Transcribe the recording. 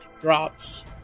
drops